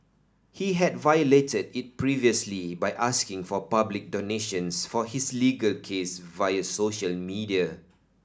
he had violated it previously by asking for public donations for his legal case via social media